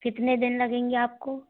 कितने दिन लगेंगे आपको